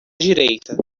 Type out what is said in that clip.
direita